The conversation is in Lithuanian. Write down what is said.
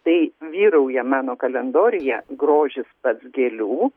tai vyrauja mano kalendoriuje grožis pats gėlių